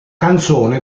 canzone